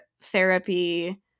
therapy